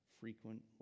frequent